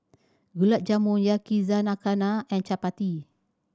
Gulab Jamun Yakizakana and Chapati